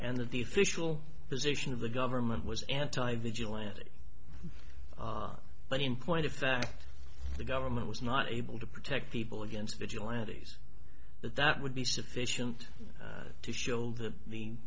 and that the official position of the government was anti vigilante but in point of fact the government was not able to protect people against vigilantes that that would be sufficient to shield the